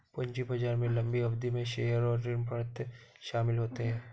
पूंजी बाजार में लम्बी अवधि में शेयर और ऋणपत्र शामिल होते है